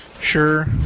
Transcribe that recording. Sure